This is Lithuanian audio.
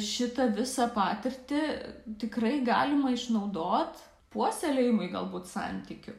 šitą visą patirtį tikrai galima išnaudot puoselėjimui galbūt santykių